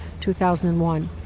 2001